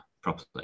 properly